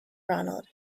ronald